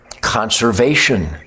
conservation